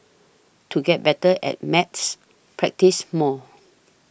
to get better at maths practise more